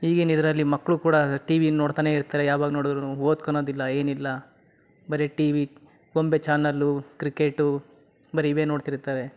ಈಗಿನ ಇದರಲ್ಲಿ ಮಕ್ಕಳೂ ಕೂಡ ಟಿ ವಿನ ನೋಡ್ತನೇ ಇರ್ತಾರೆ ಯಾವಾಗ ನೋಡ್ದ್ರು ಓದ್ಕಳದಿಲ್ಲ ಏನಿಲ್ಲ ಬರೀ ಟಿ ವಿ ಗೊಂಬೆ ಚಾನಲ್ಲು ಕ್ರಿಕೆಟು ಬರೀ ಇವೇ ನೋಡ್ತಿರ್ತಾವೆ